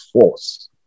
force